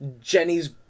Jenny's